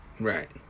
Right